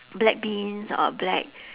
black beans or black